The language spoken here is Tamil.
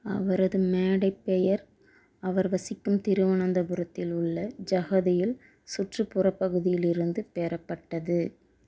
அவரது மேடைப் பெயர் அவர் வசிக்கும் திருவனந்தபுரத்தில் உள்ள ஜகதியின் சுற்றுப்புறப்பகுதியிலிருந்து பெறப்பட்டது